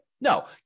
No